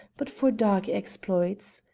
but for dark exploits.